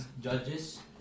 Judges